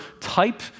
type